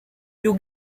you